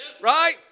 Right